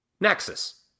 Nexus